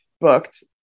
booked